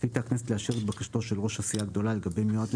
החליטה הכנסת לאשר את בקשתו של ראש הסיעה הגדולה לגבי מיועד לשר,